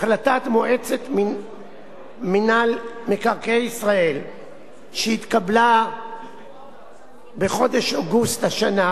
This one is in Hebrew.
החלטת מועצת מינהל מקרקעי ישראל שהתקבלה בחודש אוגוסט השנה,